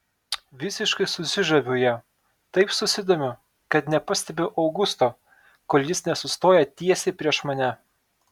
visiškai susižaviu ja taip susidomiu kad nepastebiu augusto kol jis nesustoja tiesiai prieš mane